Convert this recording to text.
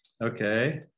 Okay